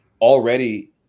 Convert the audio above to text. already